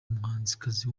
umuhanzikazi